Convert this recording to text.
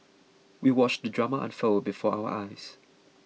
we watched the drama unfold before our eyes